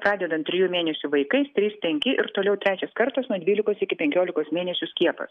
pradedant trijų mėnesių vaikais trys penki ir toliau trečias kartas nuo dvylikos iki penkiolikos mėnesių skiepas